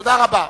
תודה רבה.